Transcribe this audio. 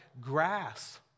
grass